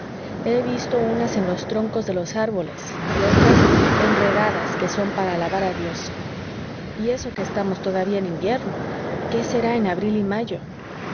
he visto unas en los troncos de los árboles y otras enredaderas que son para alabar a dios y eso que estamos todavía en invierno qué será en abril y mayo